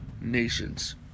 nations